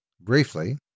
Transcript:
Briefly